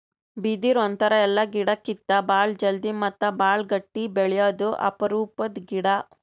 ಬಿದಿರ್ ಒಂಥರಾ ಎಲ್ಲಾ ಗಿಡಕ್ಕಿತ್ತಾ ಭಾಳ್ ಜಲ್ದಿ ಮತ್ತ್ ಭಾಳ್ ಗಟ್ಟಿ ಬೆಳ್ಯಾದು ಅಪರೂಪದ್ ಗಿಡಾ